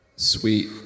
Sweet